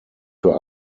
für